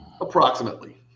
Approximately